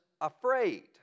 afraid